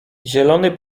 zielony